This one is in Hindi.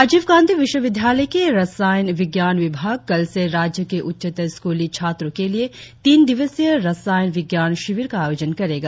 राजीव गांधी विश्वविद्यालय की रसायन विज्ञान विभाग कल से राज्य के उच्चतर स्कूली छात्रों के लिए तीन दिवसीय रसायन विज्ञान श्विर का आयोजन करेगा